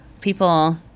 people